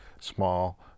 small